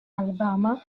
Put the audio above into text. alabama